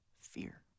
fear